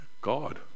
God